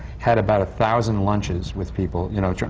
had about a thousand lunches with people. you know, oh,